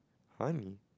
funny